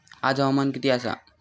आज हवामान किती आसा?